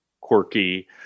quirky